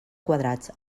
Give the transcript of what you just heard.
quadrats